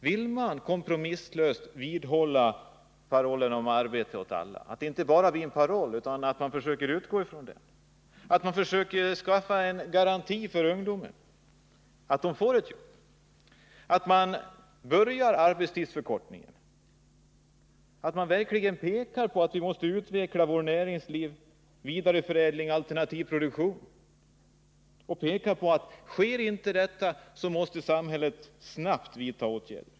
Vill man kompromisslöst hålla fast vid parollen om arbete åt alla så att den inte bara blir en paroll? Vill man försöka skaffa en garanti för ungdomen så att den får jobb? Vill man påbörja en arbetstidsförkortning? Vill man peka på att vi måste utveckla vårt näringsliv, vidareförädlingen, den alternativa produktionen, och peka på att om inte detta sker så måste samhället snabbt vidta åtgärder?